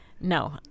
No